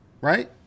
right